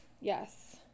Yes